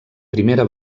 primera